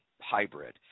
hybrid